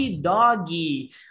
doggy